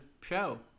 show